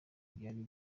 byari